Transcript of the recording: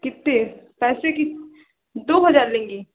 कितने पैसे कि दो हज़ार लेंगी